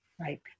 right